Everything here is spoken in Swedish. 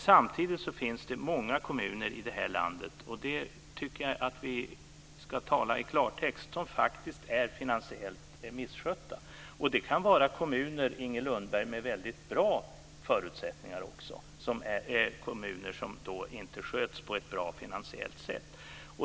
Samtidigt finns det många kommuner i landet - jag tycker att vi ska tala klartext - som faktiskt är finansiellt misskötta. Det kan också vara kommuner med väldigt bra förutsättningar som inte sköts på ett bra finansiellt sätt.